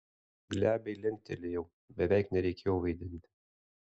glebiai linktelėjau beveik nereikėjo vaidinti